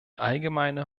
allgemeine